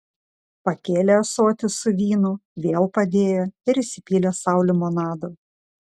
pakėlė ąsotį su vynu vėl padėjo ir įsipylė sau limonado